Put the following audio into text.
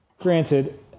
granted